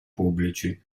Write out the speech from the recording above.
pubblici